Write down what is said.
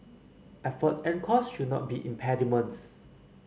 effort and cost should not be impediments